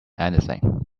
anything